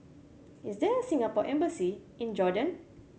is there Singapore Embassy in Jordan